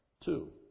Two